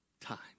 time